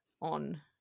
on